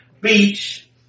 beach